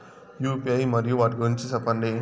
UPI మరియు వాటి గురించి సెప్పండి?